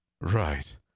Right